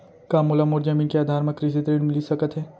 का मोला मोर जमीन के आधार म कृषि ऋण मिलिस सकत हे?